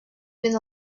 been